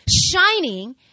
shining